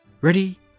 Ready